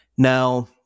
Now